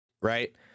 right